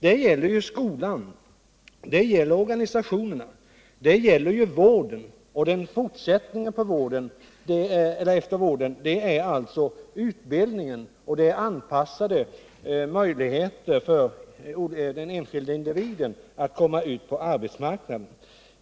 Det handlar ju här om frågor som berör områden inom skolan, organisationerna, vården och fortsättningen på vården, nämligen utbildningen och andra insatser som möjliggör för individen att komma ut på arbetsmarknaden.